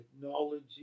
technology